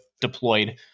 deployed